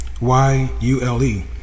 Y-U-L-E